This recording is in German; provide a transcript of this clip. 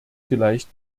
vielleicht